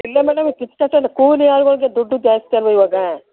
ಇಲ್ಲ ಮೇಡಮ್ ಇಲ್ಲ ಕೂಲಿ ಆಳುಗಳಿಗೆ ದುಡ್ಡು ಜಾಸ್ತಿ ಅಲ್ಲವ ಇವಾಗ